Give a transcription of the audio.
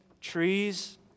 trees